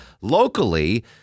Locally